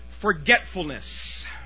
forgetfulness